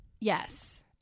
Yes